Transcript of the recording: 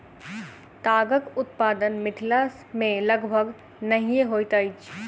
तागक उत्पादन मिथिला मे लगभग नहिये होइत अछि